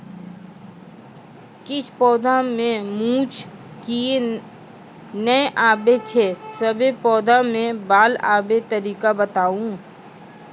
किछ पौधा मे मूँछ किये नै आबै छै, सभे पौधा मे बाल आबे तरीका बताऊ?